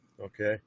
okay